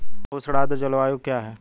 उष्ण आर्द्र जलवायु क्या है?